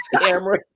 camera